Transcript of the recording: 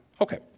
Okay